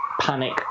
panic